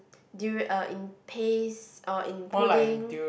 durian uh in paste or in pudding